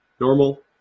normal